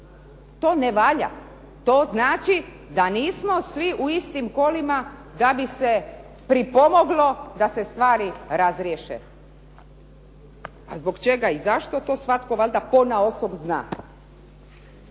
To ne valja. To znači da nismo svi u istim kolima da bi se pripomoglo da se stvari razriješe. A zbog čega i zašto to svatko valjda ponaosob zna.